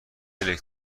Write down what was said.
بلیط